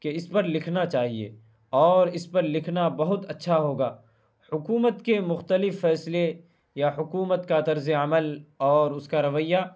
کہ اس پر لکھنا چاہیے اور اس پر لکھنا بہت اچھا ہوگا حکومت کے مختلف فیصلے یا حکومت کا طرز عمل اور اس کا رویہ